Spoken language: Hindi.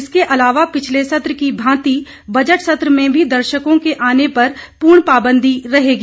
इसके अलावा पिछले सत्र की भांति बजट सत्र में भी दर्शकों के आने पर पूर्ण पाबंदी रहेगी